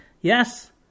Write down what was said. Yes